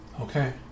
Okay